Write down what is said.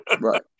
Right